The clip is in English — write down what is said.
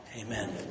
Amen